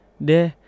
De